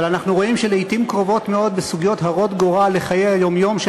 אבל אנחנו רואים שלעתים קרובות מאוד בסוגיות הרות גורל לחיי היום-יום של